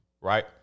right